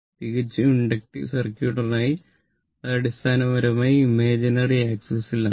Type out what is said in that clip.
തികച്ചും ഇൻഡക്റ്റീവ് സർക്യൂട്ടിനായി അത് അടിസ്ഥാനപരമായി ഇമേജിനറി ആക്സിസ് ൽ ആണ്